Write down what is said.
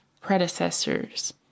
predecessors